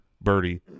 Birdie